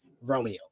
Romeo